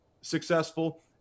successful